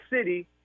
City